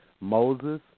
Moses